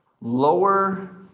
lower